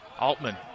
Altman